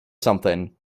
something